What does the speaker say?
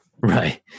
Right